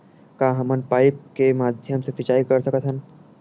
का हमन पाइप के माध्यम से सिंचाई कर सकथन?